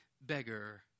beggar